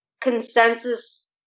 consensus